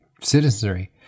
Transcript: citizenry